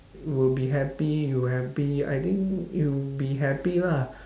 will be happy you happy I think it would be happy lah